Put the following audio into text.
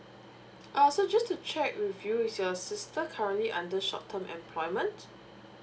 ah also just to check with you is your sister currently under short term employment